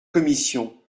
commission